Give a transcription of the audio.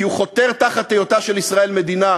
כי הוא חותר תחת היותה של ישראל מדינת